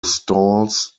stalls